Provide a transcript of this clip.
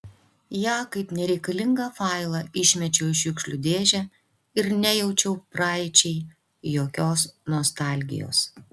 ją kaip nereikalingą failą išmečiau į šiukšlių dėžę ir nejaučiau praeičiai jokios nostalgijos